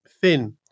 thin